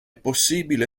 possibile